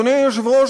אדוני היושב-ראש,